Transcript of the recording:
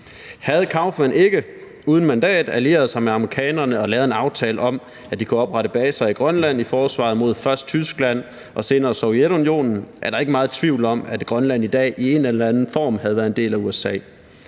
uden mandat allieret sig med amerikanerne og lavet en aftale om, at de kunne oprette baser i Grønland i forsvaret mod først Tyskland og senere Sovjetunionen, var der ikke nogen tvivl om, at Grønland i dag i en eller anden form havde været en del af USA.